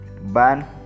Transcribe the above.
ban